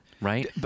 Right